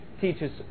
teaches